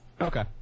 Okay